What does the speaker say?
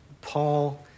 Paul